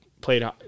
played –